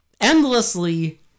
Endlessly